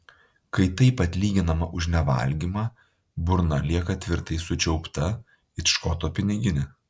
kai taip atlyginama už nevalgymą burna lieka tvirtai sučiaupta it škoto piniginė